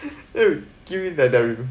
give me the